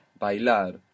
Bailar